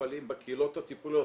מהמטופלים בקהילות הטיפוליות,